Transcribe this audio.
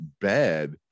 bad